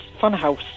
Funhouse